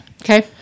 okay